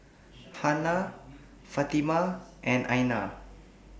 Hana Fatimah and Aina